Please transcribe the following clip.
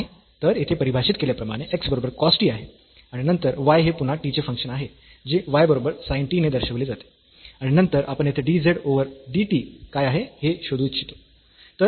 तर येथे परिभाषित केल्याप्रमाणे x बरोबर cos t आहे आणि नंतर y हे पुन्हा t चे फंक्शन आहे जे y बरोबर sin t ने दर्शविले जाते आणि नंतर आपण येथे dz ओव्हर dt काय आहे हे शोधू इच्छितो